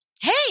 hey